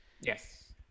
Yes